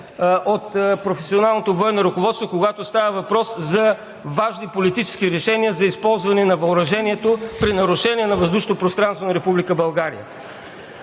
от професионалното военно ръководство, когато става въпрос за важни политически решения за използване на въоръжението при нарушение на